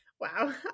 Wow